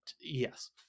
yes